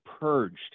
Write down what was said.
purged